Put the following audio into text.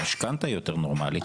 עם משכנתא יותר נורמלית,